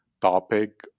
topic